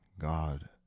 God